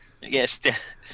Yes